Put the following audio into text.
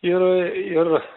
ir ir